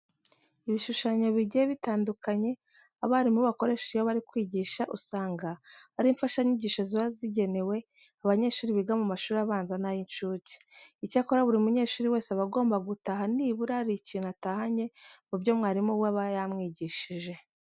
Ibishushanyo bigiye bitandukanye abarimu bakoresha iyo bari kwigisha, usanga ari imfashanyigisho ziba zigenewe abanyeshuri biga mu mashuri abanza n'ay'incuke. Icyakora buri munyeshuri wese aba agomba gutaha nibura hari ikintu atahanye mu byo mwarimu we aba yamwigishije.